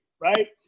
right